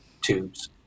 tubes